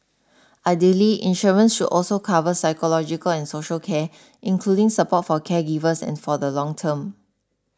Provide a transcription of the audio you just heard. ideally insurance should also cover psychological and social care including support for caregivers and for the long term